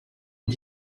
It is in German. und